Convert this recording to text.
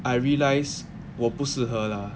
I realize 我不适合啦